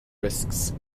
risks